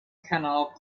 canal